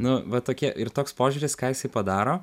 nu va tokie ir toks požiūris ką jisai padaro